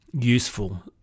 useful